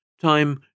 Time